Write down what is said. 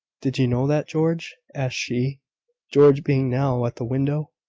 did you know that, george? asked she george being now at the window.